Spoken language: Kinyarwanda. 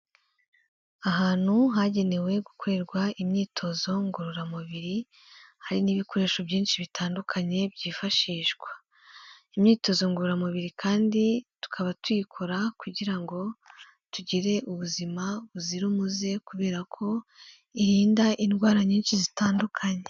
Ahantu hagenewe gukorerwa imyitozo ngororamubiri hari n'ibikoresho byinshi bitandukanye byifashishwa, imyitozo ngororamubiri kandi tukaba tuyikora kugira ngo tugire ubuzima buzira umuze kubera ko irinda indwara nyinshi zitandukanye.